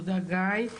תודה, גיא.